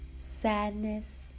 sadness